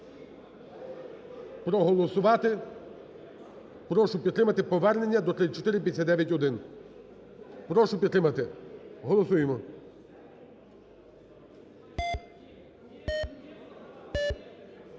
проголосувати, прошу підтримати повернення до 3459-1. Прошу підтримати, голосуємо.